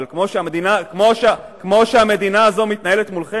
אבל כמו שהמדינה הזו מתנהלת מולכם,